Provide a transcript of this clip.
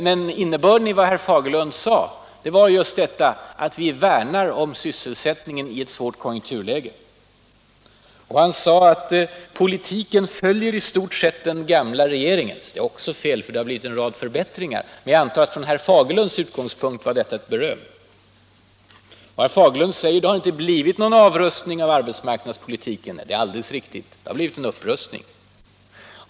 Men innebörden i vad herr Fagerlund sade var just detta att vi värnar om sysselsättningen i ett svårt konjunkturläge. Han sade att politiken i stort sett följer den gamla regeringens. Det är också fel, för det har blivit en rad förbättringar. Men jag antar att detta med herr Fagerlunds utgångspunkter var avsett som beröm. Herr Fagerlund sade vidare att det inte har blivit någon avrustning av arbetsmarknadspolitiken. Det är alldeles riktigt — det har blivit en upprustning.